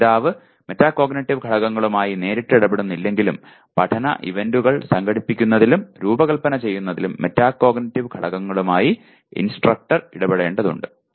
പഠിതാവ് മെറ്റാകോഗ്നിറ്റീവ് ഘടകങ്ങളുമായി നേരിട്ട് ഇടപെടുന്നില്ലെങ്കിലും പഠന ഇവന്റുകൾ സംഘടിപ്പിക്കുന്നതിലും രൂപകൽപ്പന ചെയ്യുന്നതിലും മെറ്റാകോഗ്നിറ്റീവ് ഘടകങ്ങളുമായി ഇൻസ്ട്രക്ടർ ഇടപെടേണ്ടതുണ്ട്